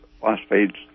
phosphates